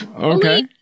Okay